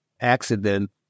accident